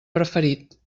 preferit